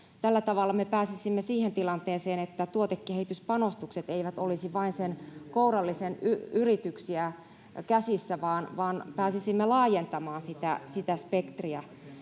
Tällä tavalla me pääsisimme siihen tilanteeseen, että tuotekehityspanostukset eivät olisi vain sen kourallisen yrityksiä käsissä, vaan pääsisimme laajentamaan sitä spektriä.